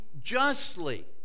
justly